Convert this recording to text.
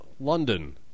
London